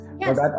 yes